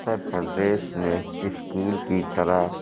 اتر پردیش میں اسکول کی طرح